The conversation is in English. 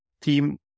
team